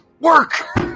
work